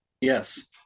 Yes